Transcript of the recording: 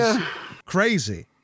crazy